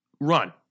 run